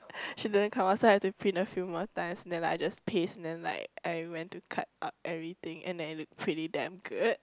she didn't come out so I have to print a few more times and then like I just paste and then like I went to cut up everything and then it look pretty damn good